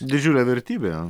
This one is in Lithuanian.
didžiulė vertybė